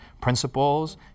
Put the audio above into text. principles